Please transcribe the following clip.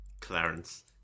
Clarence